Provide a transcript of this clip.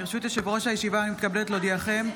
28 בעד, אין מתנגדים.